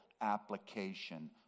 application